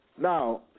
Now